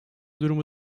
durumu